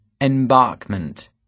Embarkment